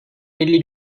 elli